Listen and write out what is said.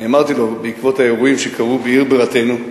אני אמרתי לו בעקבות האירועים שקרו בעיר בירתנו,